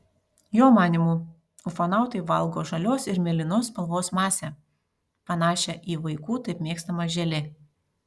jo manymu ufonautai valgo žalios ir mėlynos spalvos masę panašią į vaikų taip mėgstamą želė